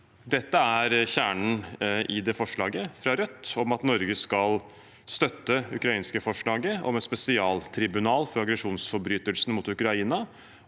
Dette er kjernen i forslaget fra Rødt om at Norge skal støtte det ukrainske forslaget om et spesialtribunal for aggresjonsforbrytelsen mot Ukraina,